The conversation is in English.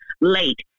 late